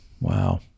Wow